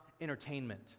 entertainment